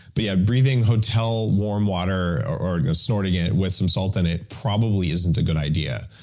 but yeah, breathing hotel warm water, or or snorting it with some salt in it probably isn't a good idea.